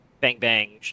bang-bang